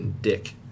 dick